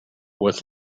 with